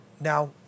Now